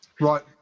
Right